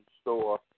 store